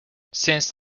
since